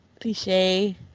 Cliche